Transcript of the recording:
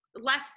less